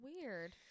Weird